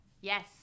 Yes